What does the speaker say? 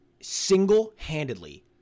single-handedly